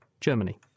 Germany